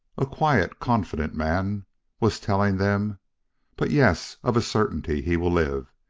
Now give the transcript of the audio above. a quiet, confident man was telling them but yes of a certainty he will live.